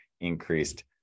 increased